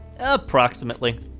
Approximately